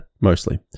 Mostly